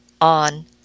on